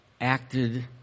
acted